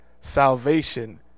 salvation